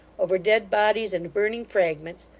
over dead bodies and burning fragments,